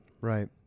Right